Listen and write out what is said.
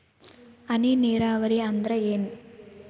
ಹನಿ ನೇರಾವರಿ ಅಂದ್ರ ಏನ್?